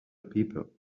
people